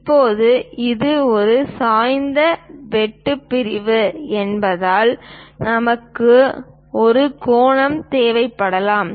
இப்போது இது ஒரு சாய்ந்த வெட்டு பிரிவு என்பதால் நமக்கு ஒரு கோணம் தேவைப்படலாம்